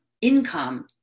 income